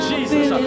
Jesus